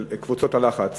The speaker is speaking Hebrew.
של קבוצות הלחץ,